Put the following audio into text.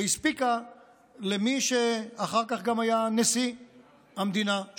שהספיקה למי שאחר כך גם היה נשיא המדינה,